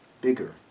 bigger